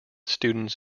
students